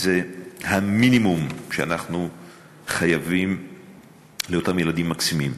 זה המינימום שאנחנו חייבים לאותם ילדים מקסימים.